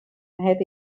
mehed